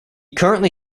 currently